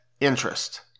interest